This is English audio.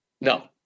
No